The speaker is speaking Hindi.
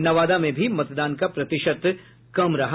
नवादा में भी मतदान का प्रतिशत कम रहा